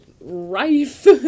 rife